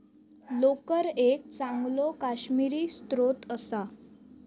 लोकर एक चांगलो काश्मिरी स्त्रोत असा